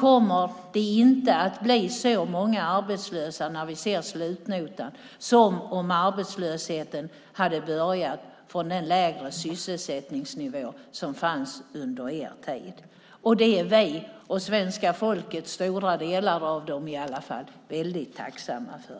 kommer det inte att bli så många arbetslösa när vi ser slutnotan som det hade blivit om arbetslösheten hade börjat från den lägre sysselsättningsnivå som fanns under er tid. Det är vi och stora delar av svenska folket väldigt tacksamma för.